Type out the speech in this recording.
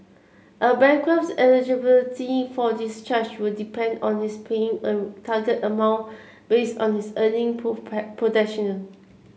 a bankrupt's eligibility for discharge will depend on his paying a target amount based on his earning potential